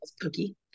cookie